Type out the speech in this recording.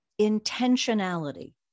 intentionality